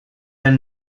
elle